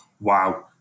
wow